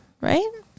right